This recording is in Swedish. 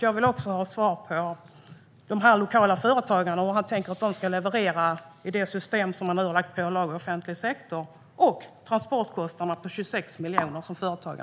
Jag vill också ha svar på frågan hur han tänker att de lokala företagen ska leverera i det system med pålagor som man nu ålägger offentlig sektor och med transportkostnader på 26 miljoner.